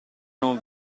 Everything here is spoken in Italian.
non